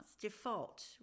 default